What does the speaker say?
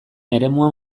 eremuan